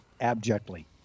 abjectly